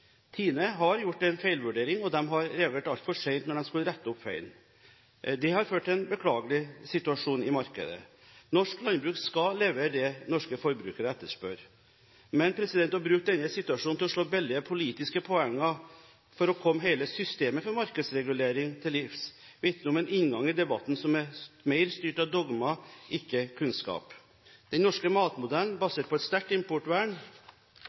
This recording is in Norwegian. Tine har gjort en feilvurdering, og de reagerte altfor sent da de skulle rette opp feilen. Det har ført til en beklagelig situasjon i markedet. Norsk landbruk skal levere det norske forbrukere etterspør. Men å bruke denne situasjonen til å slå billige politiske poenger for å komme hele systemet for markedsreguleringen til livs, vitner om en inngang i debatten som er mer styrt av dogmer, ikke kunnskap. Den norske matmodellen, basert på et sterkt importvern,